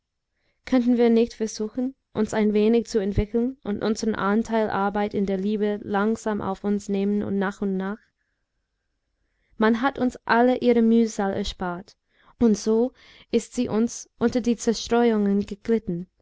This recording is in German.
könnten wir nicht versuchen uns ein wenig zu entwickeln und unseren anteil arbeit in der liebe langsam auf uns nehmen nach und nach man hat uns alle ihre mühsal erspart und so ist sie uns unter die zerstreuungen geglitten